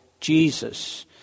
Jesus